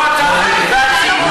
לא אתה אומר, הציבור אומר.